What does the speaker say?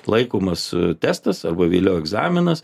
laikomas testas arba vėliau egzaminas